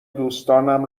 دوستانم